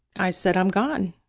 i said, i'm gone,